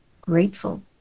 grateful